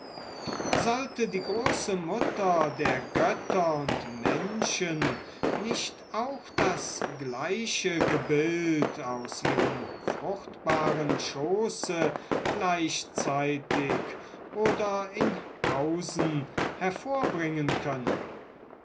sollte die große mutter der götter und menschen nicht auch das gleiche gebild aus ihrem fruchtbaren schoße gleichzeitig oder in pausen hervorbringen können